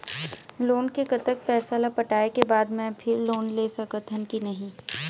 Loan के कतक पैसा ला पटाए के बाद मैं फिर लोन ले सकथन कि नहीं?